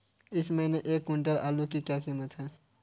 इस महीने एक क्विंटल आलू की क्या कीमत है?